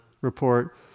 report